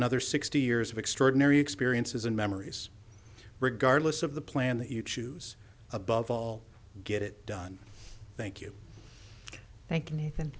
another sixty years of extraordinary experiences and memories regardless of the plan that you choose above all get it done thank you thank you an